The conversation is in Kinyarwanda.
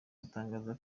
gutangaza